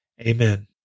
Amen